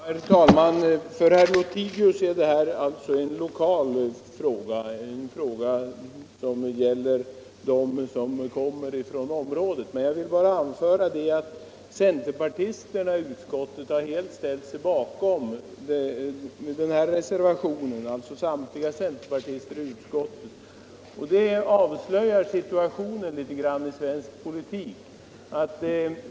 Herr talman! För herr Lothigius är detta alltså en lokal fråga, en fråga som gäller dem som kommer från området. Jag vill bara anföra att samtliga centerpartister i utskottet helt har ställt sig bakom reservationen. Det avslöjar litet grand situationen inom svensk politik.